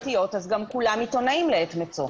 ויש רשתות חברתיות, אז גם כולם עיתונאים לעת מצוא.